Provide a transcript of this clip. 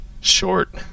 short